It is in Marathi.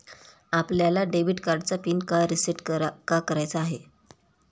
आपल्याला डेबिट कार्डचा पिन का रिसेट का करायचा आहे?